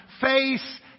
face